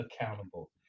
accountable